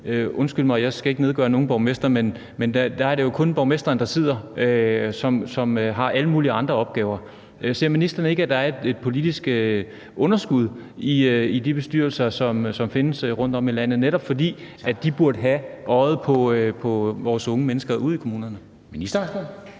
undskyld, jeg skal ikke nedgøre nogen borgmestre – kun er borgmesteren, som sidder der, og vedkommende har alle mulige andre opgaver. Ser ministeren ikke, at der er et politisk underskud i de bestyrelser, som findes rundt om i landet, netop fordi de burde have øjet på vores unge mennesker ude i kommunerne?